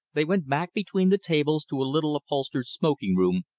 they went back between the tables to a little upholstered smoking room,